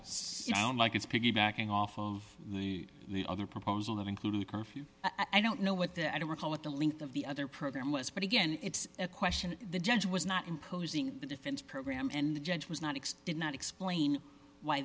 it's like it's piggybacking off of the other proposal that include curfew i don't know what the i don't recall it the length of the other program was but again it's a question the judge was not imposing the defense program and the judge was not expected not explain why